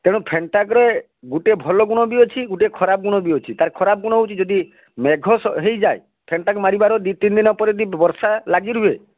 ତେଣୁ ଫେଣ୍ଟାଗ୍ରେ ଗୁଟେ ଭଲ ଗୁଣ ବି ଅଛି ଗୁଟେ ଖରାପ ଗୁଣ ବି ଅଛି ତାର ଖରାପ ଗୁଣ ହଉଛି ଯଦି ମେଘ ହେଇଯାଏ ଫେଣ୍ଟାଗ୍ ମାରିବର ଦୁଇ ତିନି ଦିନ ପରେ ଯଦି ବର୍ଷା ଲାଗି ରୁହେ